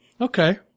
Okay